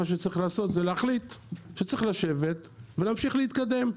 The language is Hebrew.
ומה שצריך לעשות זה להחליט שצריך לשבת ולהמשיך להתקדם,